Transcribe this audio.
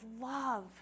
love